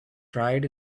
tried